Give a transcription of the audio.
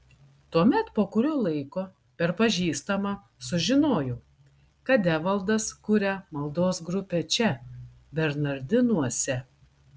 tuomet po kurio laiko per pažįstamą sužinojau kad evaldas kuria maldos grupę čia bernardinuose